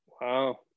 Wow